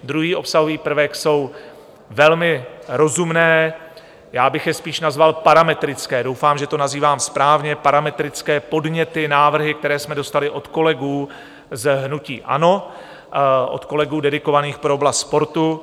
Druhý obsahový prvek jsou velmi rozumné, já bych je spíš nazval parametrické doufám, že to nazývám správně parametrické podněty, návrhy, které jsme dostali od kolegů z hnutí ANO, od kolegů dedikovaných pro oblast sportu.